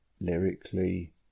lyrically